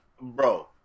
Bro